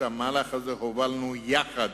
את המהלך הזה הובלנו יחד